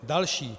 Další.